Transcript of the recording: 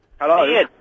Hello